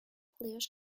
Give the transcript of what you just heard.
players